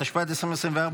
התשפ"ה 2024,